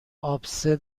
آبسه